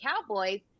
Cowboys